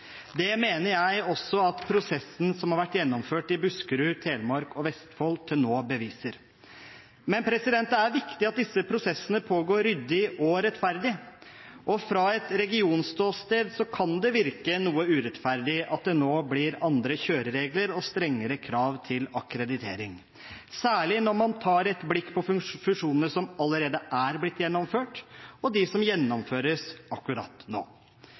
Det mener jeg at også prosessen som har vært gjennomført i Buskerud, Telemark og Vestfold til nå, beviser. Men det er viktig at disse prosessene pågår ryddig og rettferdig, og fra et regionståsted kan det virke noe urettferdig at det nå blir andre kjøreregler og strengere krav til akkreditering, særlig når man tar et blikk på fusjonene som allerede er blitt gjennomført, og de som gjennomføres akkurat nå.